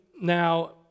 now